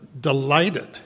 delighted